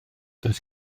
does